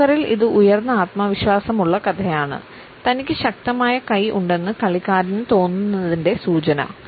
പോക്കറിൽ ഇത് ഉയർന്ന ആത്മവിശ്വാസമുള്ള കഥയാണ് തനിക്ക് ശക്തമായ കൈ ഉണ്ടെന്ന് കളിക്കാരന് തോന്നുന്നതിന്റെ സൂചന